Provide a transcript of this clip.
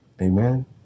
Amen